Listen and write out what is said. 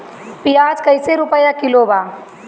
प्याज कइसे रुपया किलो बा?